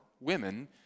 women